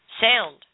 Sound